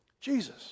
Jesus